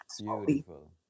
Beautiful